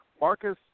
Marcus